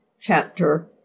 chapter